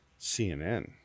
CNN